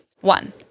One